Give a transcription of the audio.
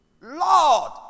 Lord